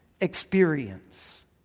experience